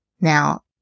Now